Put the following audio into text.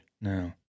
No